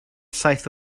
saith